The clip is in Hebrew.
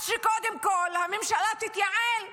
אז קודם כול, שהממשלה תתייעל.